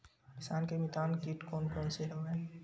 किसान के मितान कीट कोन कोन से हवय?